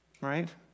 right